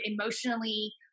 emotionally